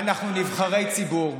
אנחנו נבחרי ציבור.